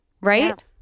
Right